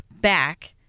back